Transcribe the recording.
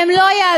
הן לא ייעלמו,